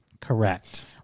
Correct